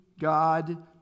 God